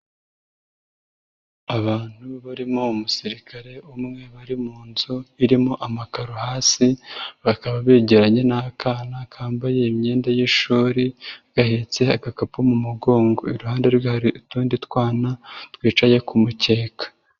Abantu barimo umusirikare umwe bari mu nzu irimo amakaro hasi, bakaba begeranye n'akana kambaye imyenda y'ishuri gahetse agakapu mu mugongo. Iruhande rwe hari utundi twana twicaye ku mukeka.